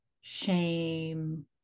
shame